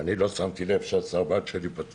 אני לא שמתי לב שהסרבל שלי פתוח.